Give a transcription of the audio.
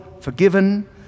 forgiven